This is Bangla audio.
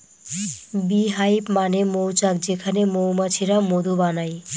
বী হাইভ মানে মৌচাক যেখানে মৌমাছিরা মধু বানায়